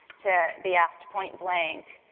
to be asked point-blank,